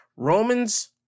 Roman's